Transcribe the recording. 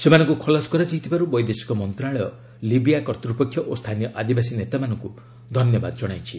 ସେମାନଙ୍କୁ ଖଲାସ କରାଯାଇଥିବାରୁ ବୈଦେଶିକ ମନ୍ତ୍ରଣାଳୟ ଲିବିଆ କର୍ତ୍ତୃପକ୍ଷ ଓ ସ୍ଥାନୀୟ ଆଦିବାସୀ ନେତାମାନଙ୍କୁ ଧନ୍ୟବାଦ ଜଣାଇଛି